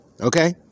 Okay